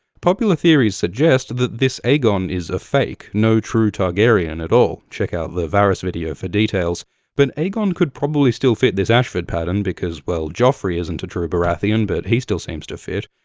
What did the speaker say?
popular theories suggest that this aegon is a fake, no true targaryen at all check out the varys video for details but aegon could probably still fit this ashford pattern, because, well, joffrey isn't a true baratheon but he still seems to fit.